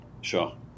Sure